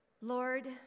Lord